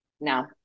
No